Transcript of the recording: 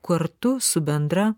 kartu su bendra